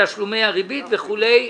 ותשלומי הריבית וכולי.